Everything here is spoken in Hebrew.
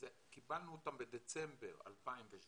אנחנו קיבלנו אותם בדצמבר 2017,